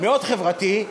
מאוד חברתי,